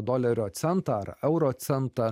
dolerio centą ar euro centą